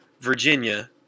Virginia